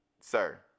Sir